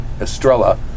Estrella